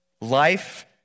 Life